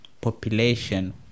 population